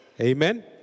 Amen